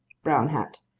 brown hat.